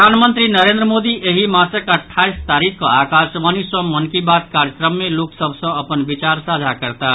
प्रधानमंत्री नरेन्द्र मोदी एहि मासक अठाईस तारीख कऽ आकाशवाणी सँ मन की बात कार्यक्रम मे लोक सभ सँ अपन विचार साझा करताह